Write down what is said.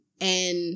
and-